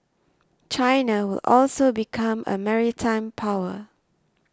China will also become a maritime power